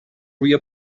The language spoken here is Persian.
روی